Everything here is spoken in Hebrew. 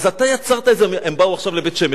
הם באו עכשיו לבית-שמש,